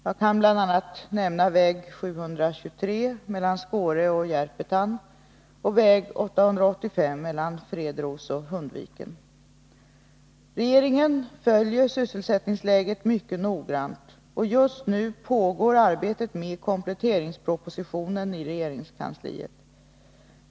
Jag kan bl.a. nämna väg 723 mellan Skåre och Järpetan och väg 885 mellan Fredros och Hundviken. Regeringen följer sysselsättningsläget mycket noggrant, och just nu pågår arbetet med kompletteringspropositionen i regeringskansliet.